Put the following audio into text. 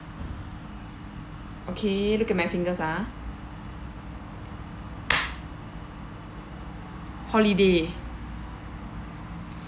okay look at my fingers ha holiday